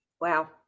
Wow